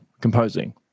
composing